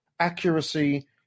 accuracy